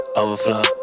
overflow